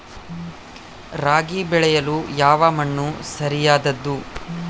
ರಾಗಿ ಬೆಳೆಯಲು ಯಾವ ಮಣ್ಣು ಸರಿಯಾದದ್ದು?